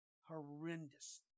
horrendous